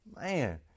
man